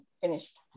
finished